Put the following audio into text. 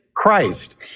Christ